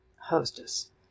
hostess